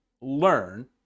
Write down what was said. learn